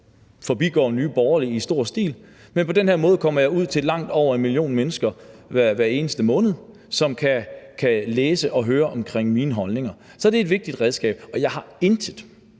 forbigår Nye Borgerlige i stor stil, men på den her måde kommer jeg ud til langt over en million mennesker hver eneste måned, som kan læse og høre om mine holdninger. Så det er et vigtigt redskab, og jeg har intet